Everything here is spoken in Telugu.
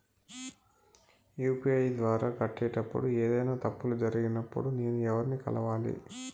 యు.పి.ఐ ద్వారా కట్టేటప్పుడు ఏదైనా తప్పులు జరిగినప్పుడు నేను ఎవర్ని కలవాలి?